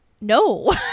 no